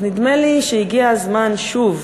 נדמה לי שהגיע הזמן שוב